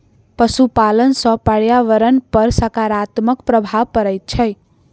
पशुपालन सॅ पर्यावरण पर साकारात्मक प्रभाव पड़ैत छै